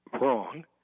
wrong